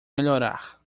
melhorar